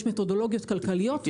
יש עליו מתודולוגיות כלכליות,